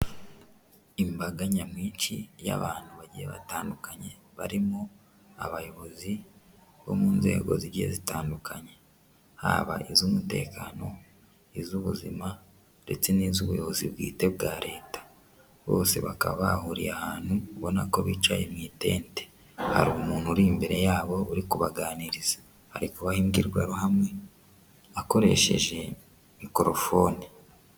Imbaga nyamwinshi y'abantu bagiye batandukanye barimo abayobozi bo mu nzego zigiye zitandukanye, haba iz'umutekano, iz'ubuzima ndetse n'iz'ubuyobozi bwite bwa leta, bose bakaba bahuriye ahantu ubona ko bicaye mu itente hari umuntu uri imbere yabo uri kubaganiriza, ari kubaha imbwirwaruhame akoresheje mikorofone.